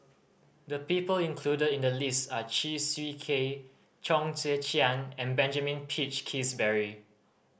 the people included in the list are Chew Swee Kee Chong Tze Chien and Benjamin Peach Keasberry